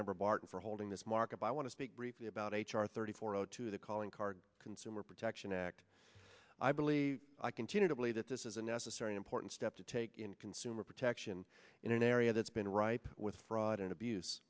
member barton for holding this market i want to speak briefly about h r thirty four o two the calling card consumer protection act i believe i continue to believe that this is a necessary important step to take in consumer protection in an area that's been ripe with fraud and abuse